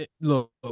look